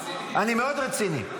אתה רציני?